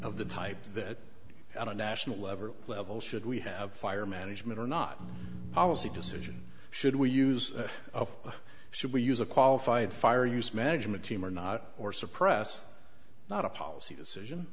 of the type that a national lever level should we have fire management or not policy decision should we use of should we use a qualified fire use management team or not or suppress not a policy decision